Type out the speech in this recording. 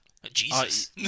Jesus